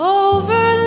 over